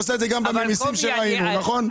היא עושה את זה גם בממסים, נכון?